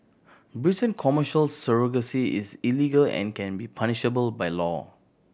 Britain Commercial surrogacy is illegal and can be punishable by law